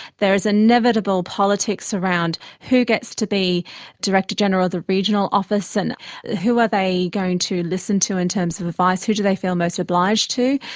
there is inevitable politics around who gets to be director general of the regional office and who are they going to listen to in terms of advice, who do they feel most obliged to,